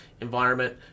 environment